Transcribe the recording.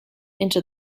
into